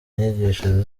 inyigisho